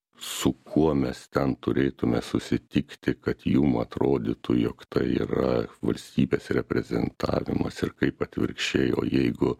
su kuo mes ten turėtume susitikti kad jum atrodytų jog tai yra valstybės reprezentavimas ir kaip atvirkščiai o jeigu